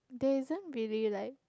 there isn't really like